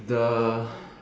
the